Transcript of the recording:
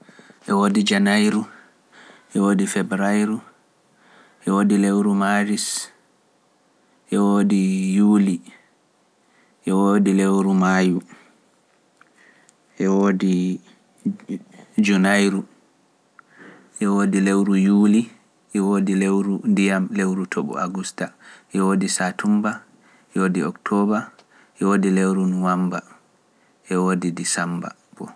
E woodi Janayru, e woodi Febarayru, e woodi lewru Maaris, e woodi Yuuli, e woodi lewru Maayu, e woodi ju- Junayru, e woodi lewru Yuuli, e woodi lewru Ndiyam, lewru Toɓo; Agusta, e Saatummba, e Oktooba, e woodi lewru Nuwammba, e woodi Disemmba fuu.